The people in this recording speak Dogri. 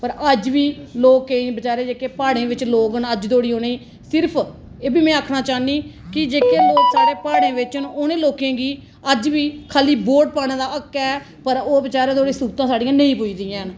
पर अज्ज बी लोकें गी बजारे जेहडे़ बाहर प्हाडे़ं च लोक ना अज्ज धोड़ी उनेंगी सिर्फ में आक्खना चाहन्नी कि जेहके लोक स्हाड़े पहाडे़ं च बिच हैन उनेंगी सिर्फ बोट पाने दा हक ऐ स्हूलतां साढ़ियां नेई पुजदियां नेईं हैन